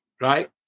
right